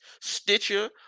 Stitcher